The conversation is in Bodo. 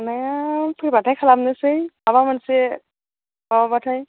खालामनाया फैबाथाय खालामसै माबा मोनसे माबाबाथाय